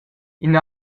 ina